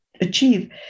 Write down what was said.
achieve